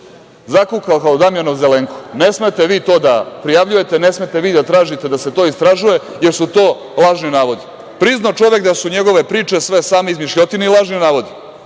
Zakukao kao Damjanov Zelenko - ne smete vi to da prijavljujete, ne smete vi da tražite da se to istražuje, jer su to lažni navodi. Priznao čovek da su njegove priče sve same izmišljotine i lažni